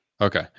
Okay